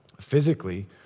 Physically